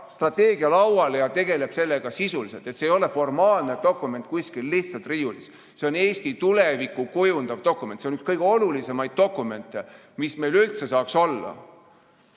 strateegia lauale ja tegeleb sellega sisuliselt. See ei ole formaalne dokument kuskil riiulis, see on Eesti tulevikku kujundav dokument. See on üks kõige olulisemaid dokumente, mis meil üldse saab olla.